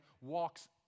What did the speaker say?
walks